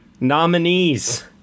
nominees